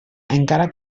encara